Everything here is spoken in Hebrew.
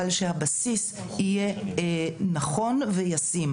אבל שהבסיס יהיה נכון וישים.